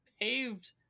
paved